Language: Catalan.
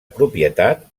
propietat